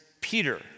Peter